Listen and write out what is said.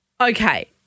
Okay